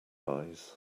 eyes